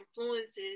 influences